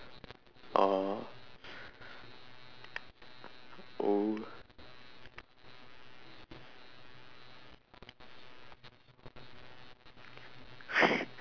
oh oo